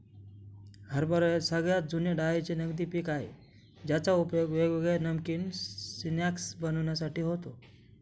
हरभरे सगळ्यात जुने डाळींचे नगदी पिक आहे ज्याचा उपयोग वेगवेगळे नमकीन स्नाय्क्स बनविण्यासाठी होतो